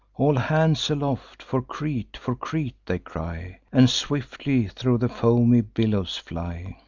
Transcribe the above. all hands aloft! for crete! for crete they cry, and swiftly thro' the foamy billows fly.